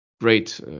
great